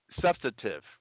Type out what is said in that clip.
substantive